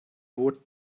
would